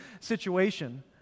situation